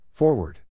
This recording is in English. Forward